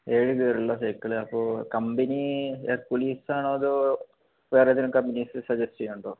ഏഴ് ഗേറുള്ള സൈക്കിള് അപ്പോൾ കമ്പനി ഹെർക്കുലീസാണോ അതോ വേറെ ഏതെങ്കിലും കമ്പനീസ് സജസ്റ്റ് ചെയ്യാനുണ്ടോ